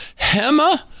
hema